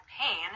pain